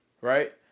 right